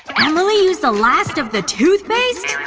emily used the last of the toothpaste?